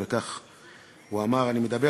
ואני מצטט את